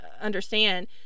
understand